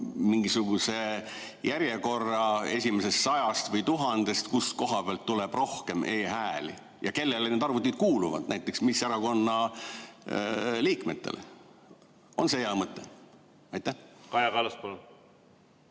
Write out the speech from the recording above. mingisugune järjekord esimesest sajast või tuhandest, kust koha pealt tuleb rohkem e-hääli ja kellele need arvutid kuuluvad, näiteks mis erakonna liikmetele? On see hea mõte? Kaja Kallas,